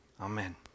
amen